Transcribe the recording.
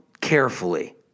carefully